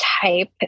type